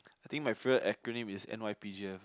I think my favourite acronym is n_y_p_g_f lah